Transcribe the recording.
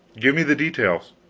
give me the details.